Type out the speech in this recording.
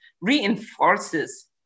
reinforces